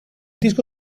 disco